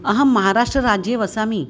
अहं महाराष्ट्रराज्ये वसामि